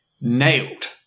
nailed